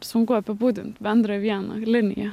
sunku apibūdint bendrą vieną liniją